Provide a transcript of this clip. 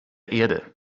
erde